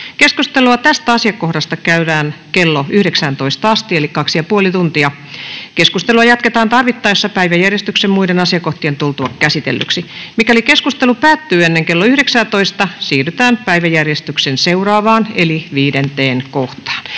Keskustelua tästä asiakohdasta käydään kello 19:ään asti eli 2,5 tuntia. Keskustelua jatketaan tarvittaessa päiväjärjestyksen muiden asiakohtien tultua käsitellyiksi. Mikäli keskustelu päättyy ennen kello 19:ää, siirrytään päiväjärjestyksen seuraavaan eli 5. kohtaan.